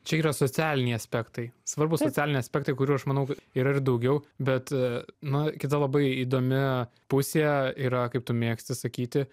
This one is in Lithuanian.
čia yra socialiniai aspektai svarbūs socialiniai aspektai kurių aš manau yra ir daugiau bet na kita labai įdomi pusė yra kaip tu mėgsti sakyti